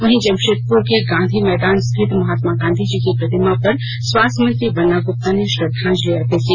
वहीं जमशेदपुर के गांधी मैदान स्थित महात्मा गांधी की प्रतिमा पर स्वास्थ्य मंत्री बन्ना गुप्ता ने श्रद्दांजलि अर्पित की